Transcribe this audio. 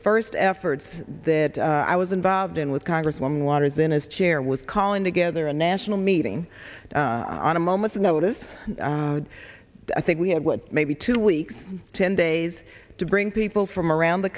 first efforts that i was involved in with congresswoman waters in as chair was calling together a national meeting on a moment's notice i think we had what maybe two weeks ten days to bring people from around the